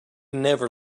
never